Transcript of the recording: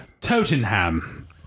Tottenham